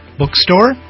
bookstore